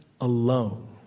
alone